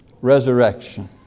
resurrection